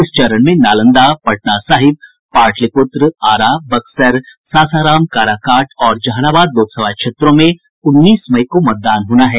इस चरण में नालंदा पटना साहिब पाटलिपुत्र आरा बक्सर सासाराम काराकाट और जहानाबाद लोकसभा क्षेत्रों में उन्नीस मई को मतदान होना है